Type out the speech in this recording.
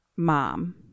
Mom